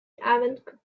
avant